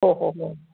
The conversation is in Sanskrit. ओहो हो